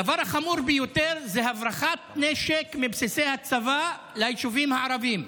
הדבר החמור ביותר הוא הברחת נשק מבסיסי הצבא ליישובים הערביים.